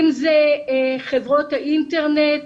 אם זה חברות האינטרנט,